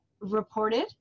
reported